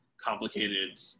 complicated